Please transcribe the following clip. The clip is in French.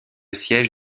siège